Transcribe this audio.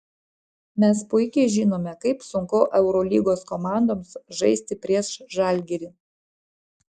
mes puikiai žinome kaip sunku eurolygos komandoms žaisti prieš žalgirį